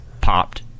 popped